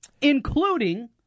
including